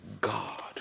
God